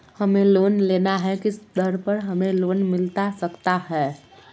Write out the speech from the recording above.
हमें लोन लेना है किस दर पर हमें लोन मिलता सकता है?